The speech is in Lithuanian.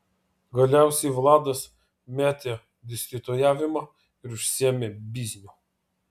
galiausiai vladas metė dėstytojavimą ir užsiėmė bizniu